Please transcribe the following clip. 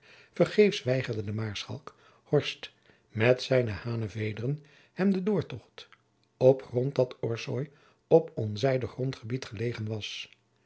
vergeefs weigerde de maarschalk horst met zijne hanevederen hem den doortocht op grond dat orsoy op onzijdig grondgebied gelegen was